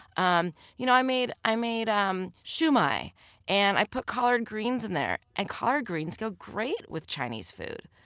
um you know i made i made um shumai and i put collard greens in there. and collard greens go great with chinese food.